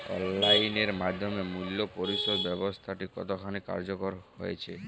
Online এর মাধ্যমে মূল্য পরিশোধ ব্যাবস্থাটি কতখানি কার্যকর হয়েচে?